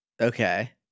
Okay